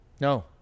no